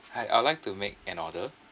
hi I would like to make an order